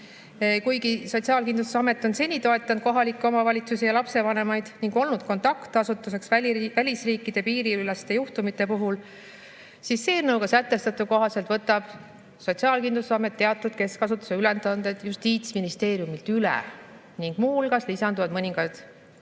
Kuigi Sotsiaalkindlustusamet on seni toetanud kohalikke omavalitsusi ja lapsevanemaid ning olnud kontaktasutuseks välisriikide piiriüleste juhtumite puhul, siis selle eelnõuga sätestatu kohaselt võtab Sotsiaalkindlustusamet teatud keskasutuse ülesanded Justiitsministeeriumilt üle ning muu hulgas lisanduvad mõningad uued